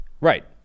Right